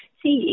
see